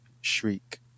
shriek